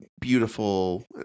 beautiful